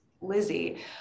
Lizzie